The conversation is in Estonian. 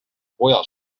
poja